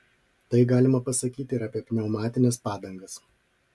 tai galima pasakyti ir apie pneumatines padangas